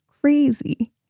crazy